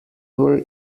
were